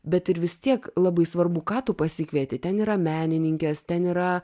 bet ir vis tiek labai svarbu ką tu pasikvieti ten yra menininkės ten yra